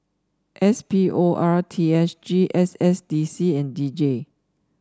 S P O R T S G S S D C and D J